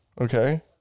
okay